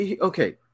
Okay